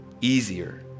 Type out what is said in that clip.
easier